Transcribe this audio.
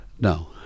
No